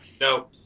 No